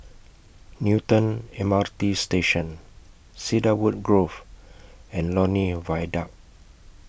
Newton M R T Station Cedarwood Grove and Lornie Viaduct